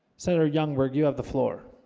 senator young where you have the floor